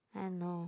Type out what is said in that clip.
I know